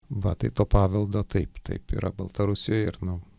va tai to paveldo taip taip yra baltarusijoj ir nu